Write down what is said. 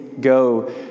go